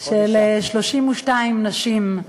של 32 נשים,